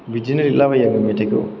बिदिनो लिरला बायो आं मेथाइखौ